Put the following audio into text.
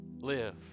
Live